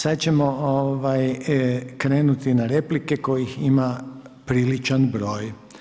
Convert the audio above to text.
Sad ćemo krenuti na replike kojih ima priličan broj.